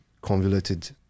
convoluted